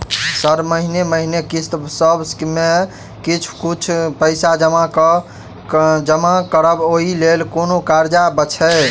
Sir महीने महीने किस्तसभ मे किछ कुछ पैसा जमा करब ओई लेल कोनो कर्जा छैय?